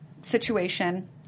situation